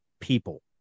people